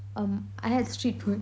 um I had street food